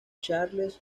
charles